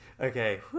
okay